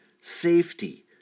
safety